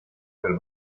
per